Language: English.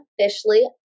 officially